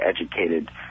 educated